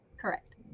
Correct